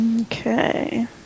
Okay